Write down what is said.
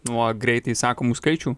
nuo greitai sakomų skaičių